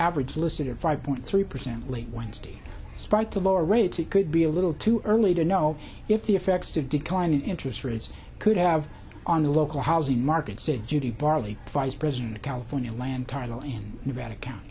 average listener five point three percent late wednesday despite a lower rate it could be a little too early to know if the effects to decline in interest rates could have on the local housing market said judy barley vice president of california land title in nevada count